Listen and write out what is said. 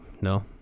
No